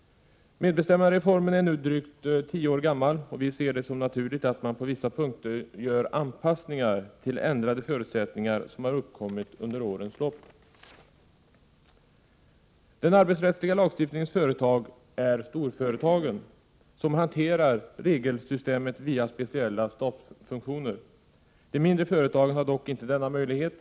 Medbestämmandereformen är nu drygt tio år gammal, och det är naturligt att det på vissa punkter görs anpassningar till ändrade förutsättningar som har uppkommit under årens lopp. Den arbetsrättsliga lagstiftningens företag är storföretagen, som hanterar regelsystemet via speciella stabsfunktioner. De mindre företagen har dock inte denna möjlighet.